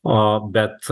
o bet